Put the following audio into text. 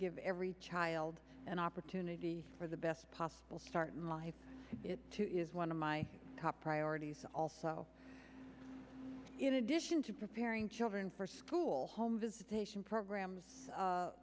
give every child an opportunity for the best possible start in life it is one of my top priorities also in addition to preparing children for school home visitation programs